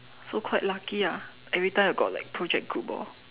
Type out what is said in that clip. so quite lucky ah every time I got like project group orh